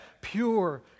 pure